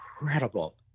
incredible